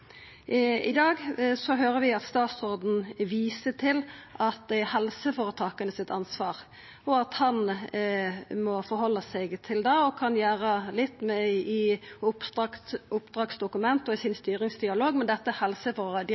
I dag høyrer vi at statsråden viser til at det er ansvaret til helseføretaka, og at han må halda seg til det – han kan gjera litt i oppdragsdokumenta og i styringsdialogen sin, men dette er